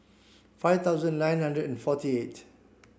five thousand nine hundred and forty eight